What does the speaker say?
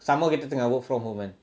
some more kita tengah work from home kan